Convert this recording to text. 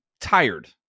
tired